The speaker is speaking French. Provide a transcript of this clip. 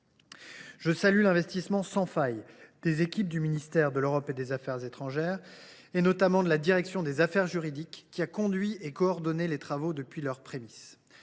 Je salue l’investissement sans faille des équipes du ministère de l’Europe et des affaires étrangères, notamment de la direction des affaires juridiques, qui a conduit et coordonné les travaux depuis leurs prémices.